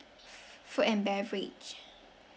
food and beverage